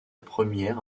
première